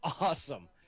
awesome